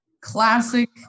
classic